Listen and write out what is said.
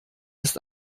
ist